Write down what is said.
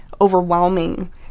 overwhelming